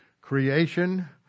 Creation